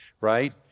right